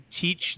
teach